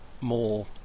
more